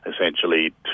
essentially